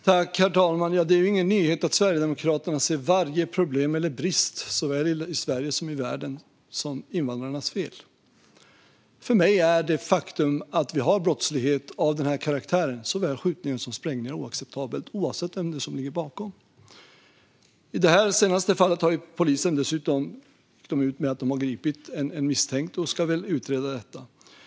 Herr talman! Det är ingen nyhet att Sverigedemokraterna ser varje problem eller brist, såväl i Sverige som i världen, som invandrarnas fel. För mig är det faktum att vi har brottslighet av denna karaktär, såväl skjutningar som sprängningar, oacceptabelt, oavsett vem som ligger bakom. I det senaste fallet har polisen gått ut med att man har gripit en misstänkt och ska utreda detta.